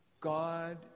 God